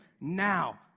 now